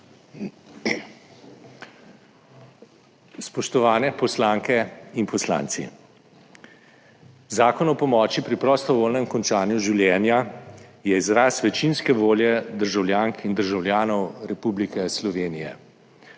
Spoštovane poslanke in poslanci! Zakon o pomoči pri prostovoljnem končanju življenja je izraz večinske volje državljank in državljanov Republike Slovenije.